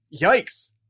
Yikes